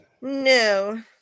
no